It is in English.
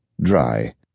dry